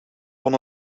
van